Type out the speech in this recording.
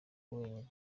wenyine